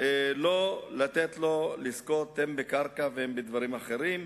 לא לתת לו לזכות הן בקרקע והן בדברים אחרים.